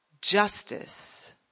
justice